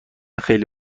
خیلی